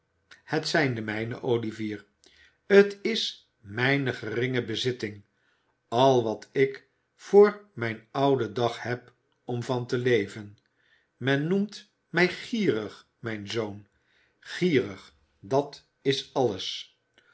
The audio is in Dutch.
het zijn de mijne olivier t is mijne geringe bezitting al wat ik voor mijn ouden dag heb om van te leven men noemt mij gierig mijn zoon gierig dat is alles